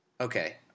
Okay